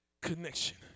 connection